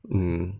mm